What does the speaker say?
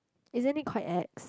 isn't it quite ex